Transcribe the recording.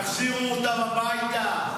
תחזירו אותם הביתה.